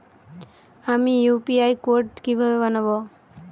আমি UPI code কিভাবে বানাব?